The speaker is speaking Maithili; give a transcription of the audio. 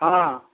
हँ